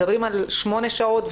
מדברים על שמונה שעות,